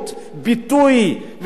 ביטוי וכן הלאה.